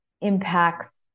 impacts